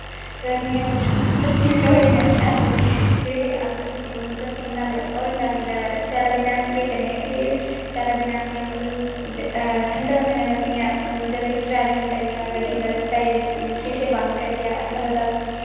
गर्मिये च परसिना परसीन होई जने होने अस फिरी परसिना होई जंदा स्याले दे दिने च अस केह् करने के स्याले दिने मतलब ठंडा दिने च बेसे इयां जेसे कि ट्रैवलिंग करनी होऐ गड्डी च शीशे बंद करियै अच्छा लगदा असेंगी